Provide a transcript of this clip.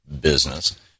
business